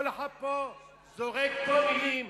כל אחד פה זורק פה מלים,